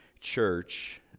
church